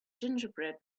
gingerbread